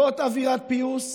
זאת אווירת פיוס?